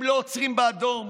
הם לא עוצרים באדום,